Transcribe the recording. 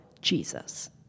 Jesus